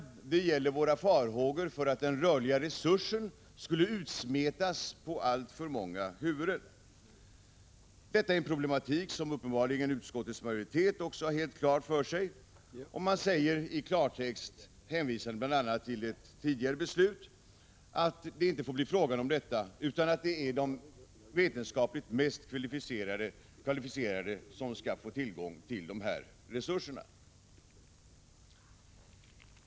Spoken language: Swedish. Det gäller våra farhågor för att den rörliga resursen skall utsmetas på alltför många huvuden. Detta är en problematik som uppenbarligen utskottsmajoriteten också har klart för sig. Man hänvisar i klartext till ett tidigare beslut att det inte får bli fråga om detta, utan att de vetenskapligt mest kvalificerade skall få tillgång till dessa resurser.